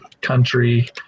country